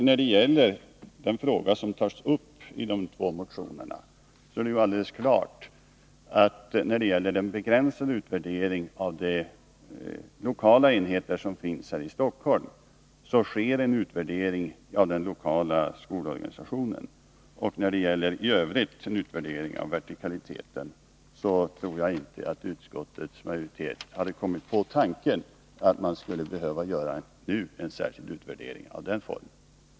Beträffande den fråga som tas upp i de två motionerna är det alldeles klart att det när det gäller den begränsade utvärdering av de lokala enheter som finns här i Stockholm sker en lokal utvärdering av den lokala skolorganisationen, och när det i övrigt gäller en utvärdering av vertikaliteten så tror jag inte att utskottets majoritet hade kommit på tanken att man skulle behöva göra någon sådan utvärdering av den formen.